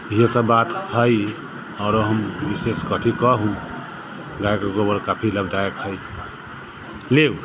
इहे सब बात हइ आओरो हम विशेष कथी कहू गायके गोबर काफी लाभदायक छै लेब